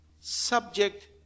subject